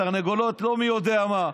התרנגולות לא מי יודע מה.